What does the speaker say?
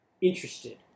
interested